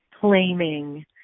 claiming